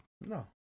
No